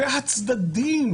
והצדדים,